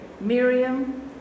Miriam